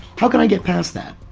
how can i get past that?